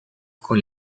con